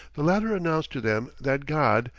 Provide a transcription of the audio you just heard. the latter announced to them that god,